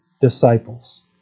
disciples